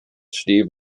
steve